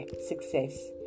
success